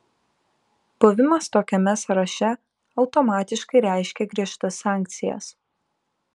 buvimas tokiame sąraše automatiškai reiškia griežtas sankcijas